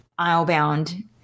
islebound